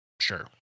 Sure